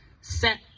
set